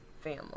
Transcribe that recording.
family